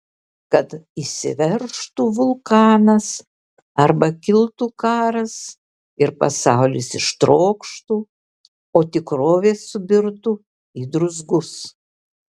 kad išsiveržtų vulkanas arba kiltų karas ir pasaulis ištrokštų o tikrovė subirtų į druzgus